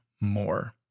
more